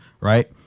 right